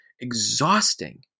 exhausting